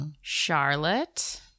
Charlotte